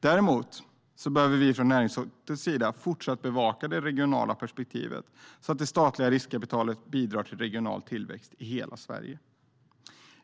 Däremot behöver vi från näringsutskottets sida fortsätta att bevaka det regionala perspektivet så att det statliga riskkapitalet bidrar till regional tillväxt i hela Sverige.